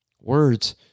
words